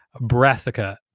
Brassica